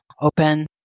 open